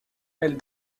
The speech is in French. elle